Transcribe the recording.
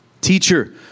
teacher